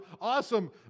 awesome